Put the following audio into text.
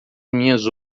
minhas